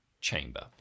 chamber